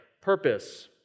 purpose